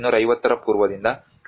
ಶ 2 ನೇ ಶತಮಾನದವರೆಗೆ ತೆಗೆದುಕೊಂಡಿತು